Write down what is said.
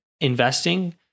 investing